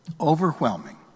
Overwhelming